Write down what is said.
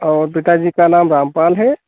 और पिता जी का नाम रामपाल है